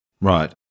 Right